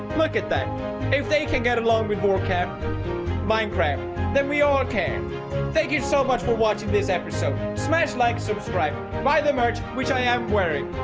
look at that if they can get a long before cap minecraft then we all can thank you so much for watching this episode smash like subscribe by the merch which i am wearing